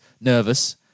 nervous